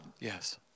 Yes